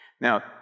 Now